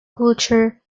culture